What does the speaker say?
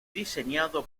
diseñado